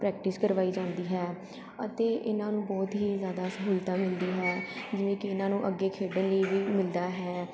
practice ਕਰਵਾਈ ਜਾਂਦੀ ਹੈ ਅਤੇ ਇਹਨਾਂ ਨੂੰ ਬਹੁਤ ਹੀ ਜ਼ਿਆਦਾ ਸਹੂਲਤਾਂ ਮਿਲਦੀ ਹੈ ਜਿਵੇਂ ਕਿ ਇਹਨਾਂ ਨੂੰ ਅੱਗੇ ਖੇਡਣ ਲਈ ਵੀ ਮਿਲਦਾ ਹੈ